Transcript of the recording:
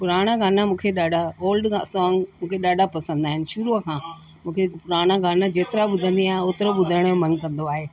पुराणा गाना मूंखे ॾाढा ओल्ड सोंग मूंखे ॾाढा पसंदि आहिनि शुरूअ खां मूंखे पुराणा गाना जेतिरा ॿुधंदी आहियां ओतिरो ॿुधण जो मन कंदो आहे